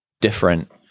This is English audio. different